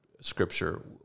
scripture